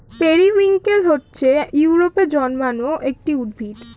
periwinkle হচ্ছে ইউরোপে জন্মানো একটি উদ্ভিদ